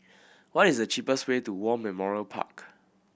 what is the cheapest way to War Memorial Park